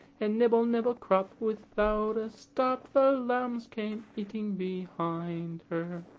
and nibble, nibble crop! without a stop! the lambs came eating behind her.